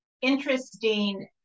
interesting